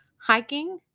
hiking